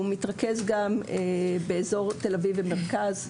הוא מתרכז בעיקר באזור תל אביב והמרכז.